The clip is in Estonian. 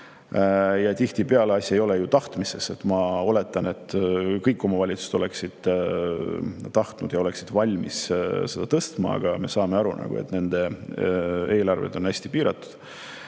Ja tihtipeale asi ei ole ju tahtmises. Ma oletan, et kõik omavalitsused oleksid valmis seda tõstma, aga me saame aru, et nende eelarved on hästi piiratud,